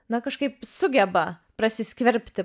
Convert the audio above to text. na kažkaip sugeba prasiskverbti